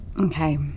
Okay